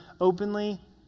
openly